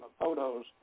photos